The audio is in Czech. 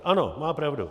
Ano, má pravdu.